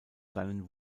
seinen